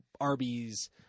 Arby's